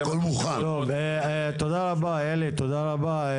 אלי, תודה רבה.